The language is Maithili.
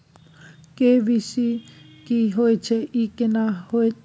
के.वाई.सी की होय छै, ई केना होयत छै?